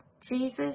Jesus